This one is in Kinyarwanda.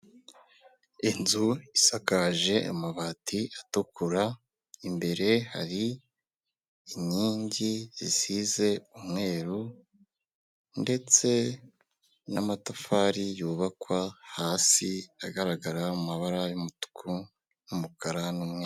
Moto ebyiri ziri mu muhanda zihetse abagenzi iy'inyuma itwaye umugabo ufite igikarito mu ntoki. Iy'imbere ifite utwaye igikapu mu mugongo ku ruhande yateye ubusitani n'imikindo.